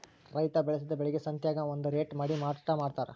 ರೈತಾ ಬೆಳಸಿದ ಬೆಳಿಗೆ ಸಂತ್ಯಾಗ ಒಂದ ರೇಟ ಮಾಡಿ ಮಾರಾಟಾ ಮಡ್ತಾರ